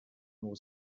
was